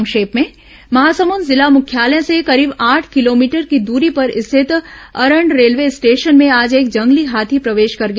संक्षिप्त समाचार महासमुंद जिला मुख्यालय से करीब आठ किलोमीटर की दूरी पर स्थित अरंड रेलवे स्टेशन में आज एक जंगली हाथी प्रवेश कर गया